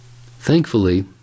Thankfully